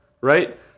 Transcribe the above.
right